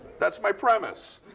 that's my premise.